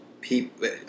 people